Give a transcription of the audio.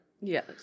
Yes